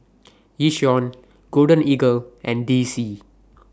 Yishion Golden Eagle and D C